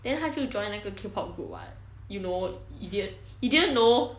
then 他就 join 那个 K-pop group [what] you know idiot you didn't know